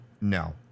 no